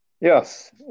Yes